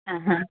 അഹാ